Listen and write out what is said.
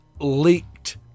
leaked